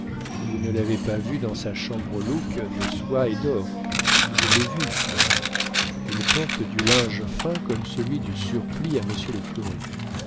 vous ne l'avez pas vu dans sa chambrelouque de soie et d'or je l'ai vu moi il porte du linge fin comme celui du surplis à monsieur le curé